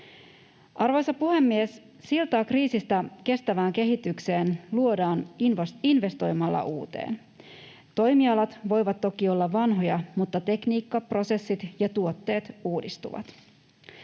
Arvoisa puhemies! Siltaa kriisistä kestävään kehitykseen luodaan investoimalla uuteen. Toimialat voivat toki olla vanhoja, mutta tekniikka, prosessit ja tuotteet uudistuvat.